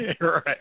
right